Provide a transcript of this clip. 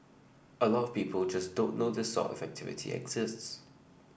a lot of people just don't know this sort of activity exists